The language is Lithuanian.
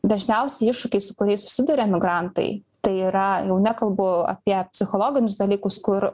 dažniausi iššūkiai su kuriais susiduria migrantai tai yra jau nekalbu apie psichologinius dalykus kur